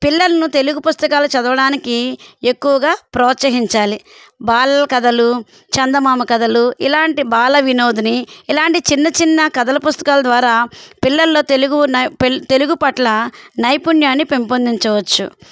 పిల్లలను తెలుగు పుస్తకాలను చదవడానికి ఎక్కువగా ప్రోత్సహించాలి బాలల కథలు చందమామ కథలు ఇలాంటి బాల వినోదిని ఇలాంటి చిన్న చిన్న కథల పుస్తకాల ద్వారా పిల్లల్లో తెలుగు తెలుగు పట్ల నైపుణ్యాన్ని పెంపొందించవచ్చు